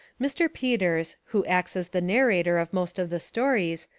mr. peters, who acts as the narrator of most of the stories,